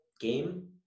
game